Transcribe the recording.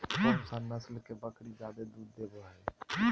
कौन सा नस्ल के बकरी जादे दूध देबो हइ?